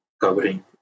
covering